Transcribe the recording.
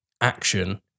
action